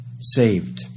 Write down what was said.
saved